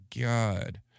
God